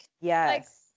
Yes